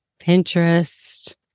Pinterest